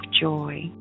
joy